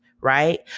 right